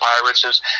Pirates